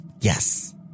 Yes